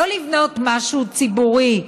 לא לבנות משהו ציבורי,